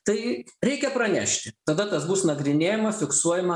tai reikia pranešti tada kas bus nagrinėjama fiksuojama